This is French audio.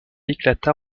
éclata